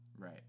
Right